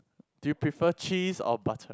do you prefer cheese or butter